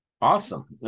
Awesome